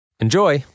enjoy